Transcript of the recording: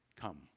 come